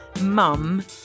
mum